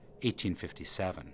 1857